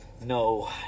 No